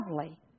lovely